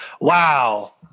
Wow